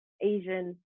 asian